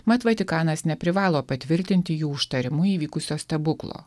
mat vatikanas neprivalo patvirtinti jų užtarimu įvykusio stebuklo